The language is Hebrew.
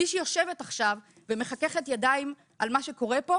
מי שיושבת עכשיו ומחככת ידיים על מה שקורה כאן,